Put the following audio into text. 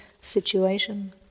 situation